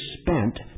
spent